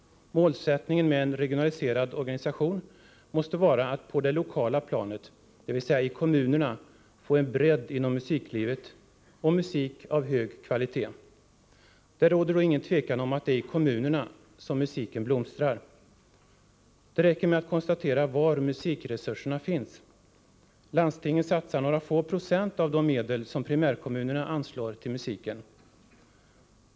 Målsättningen med en regionaliserad organisation måste vara att på det lokala planet, dvs. i kommunerna, få en bredd inom musiklivet med musik av hög kvalitet. Det råder då ingen tvekan om att det är i kommunerna som musiken blomstrar. Det räcker med att konstatera var musikresurserna finns. Landstingen satsar några få procent av de medel som primärkommunerna anslår till musiken.